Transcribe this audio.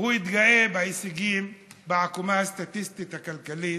הוא התגאה בהישגים, בעקומה הסטטיסטית הכלכלית.